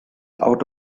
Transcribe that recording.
out